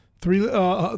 three